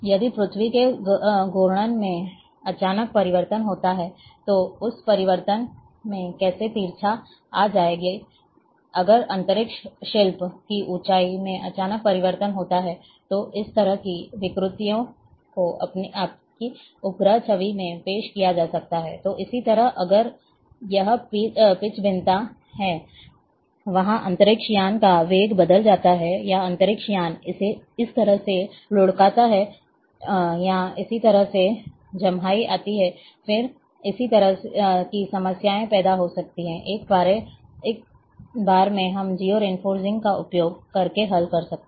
यदि पृथ्वी के घूर्णन में अचानक परिवर्तन होता है तो इस परिवर्तन में कैसे तिरछा आ जाएगा अगर अंतरिक्ष शिल्प की ऊंचाई में अचानक परिवर्तन होता है तो इस तरह की विकृतियों को आपकी उपग्रह छवि में पेश किया जा सकता है तो इसी तरह अगर यह पिच भिन्नता है वहाँ अंतरिक्ष यान का वेग बदल जाता है या अंतरिक्ष यान इसे इस तरह से लुढ़काता है या इस तरह से जम्हाई आती है फिर इसी तरह की समस्याएँ पैदा हो सकती हैं एक बार में हम जियो रेफ़रिंग का उपयोग करके हल कर सकते हैं